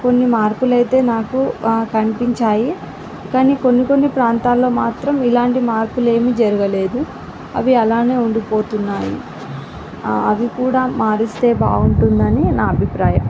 కొన్ని మార్పులైతే నాకు కనిపించాయి కానీ కొన్ని కొన్ని ప్రాంతాల్లో మాత్రం ఇలాంటి మార్పులు ఏమీ జరగలేదు అవి అలానే ఉండిపోతున్నాయి ఆ అవి కూడా మారిస్తే బాగుంటుందని నా అభిప్రాయం